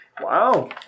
Wow